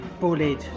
bullied